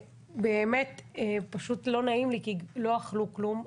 באמת פשוט לא נעים לי כי לא אכלו כלום,